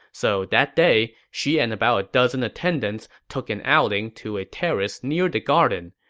so that day, she and about a dozen attendants took an outing to a terrace near the garden.